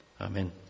Amen